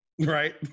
right